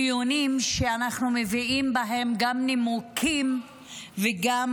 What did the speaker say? דיונים שאנחנו מביאים בהם גם נימוקים וגם